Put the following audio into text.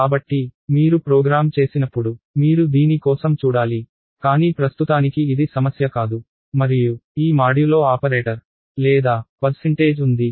కాబట్టి మీరు ప్రోగ్రామ్ చేసినప్పుడు మీరు దీని కోసం చూడాలి కానీ ప్రస్తుతానికి ఇది సమస్య కాదు మరియు ఈ మాడ్యులో ఆపరేటర్ లేదా శాతం ఉంది